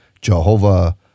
Jehovah